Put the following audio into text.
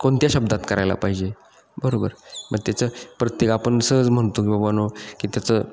कोणत्या शब्दात करायला पाहिजे बरोबर मग त्याचं प्रत्येक आपण सहज म्हणतो की बाबानो की त्याचं